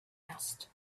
asked